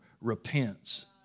repents